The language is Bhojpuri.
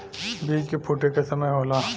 बीज के फूटे क समय होला